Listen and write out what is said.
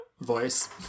voice